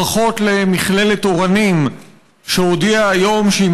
ברכות למכללת אורנים שהודיעה היום שהיא